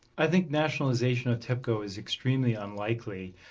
i think nationalization of tepco is extremely unlikely.